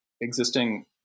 existing